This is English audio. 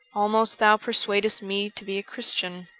almost thou persuadest me to be a christian